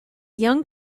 young